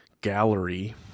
Gallery